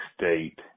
state